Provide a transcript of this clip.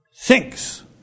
thinks